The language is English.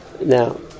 Now